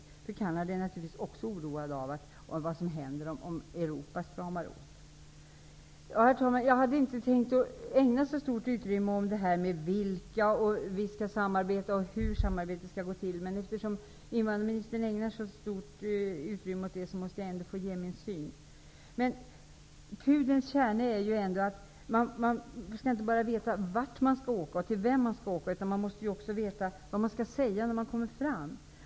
Också i Canada är man naturligtvis oroad över vad som händer om Europa stramar åt flyktingpolitiken. Herr talman! Jag hade inte tänkt ägna så mycket tid åt frågorna om med vilka vi skall samarbeta och hur samarbetet skall gå till, men eftersom invandrarministern ägnar så stort utrymme åt det måste jag ändå få ge min syn på saken. Pudelns kärna är ändå att det inte bara gäller att veta vart man skall åka och till vem man skall åka, utan man måste också veta vad man skall säga när man kommer fram.